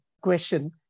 question